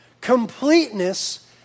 completeness